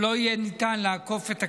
שלא יהיה ניתן לעקוף את הכנסת.